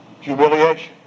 Humiliation